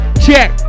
Check